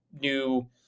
new